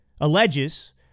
alleges